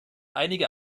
einige